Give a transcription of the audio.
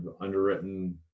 underwritten